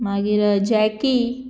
मागीर जॅकी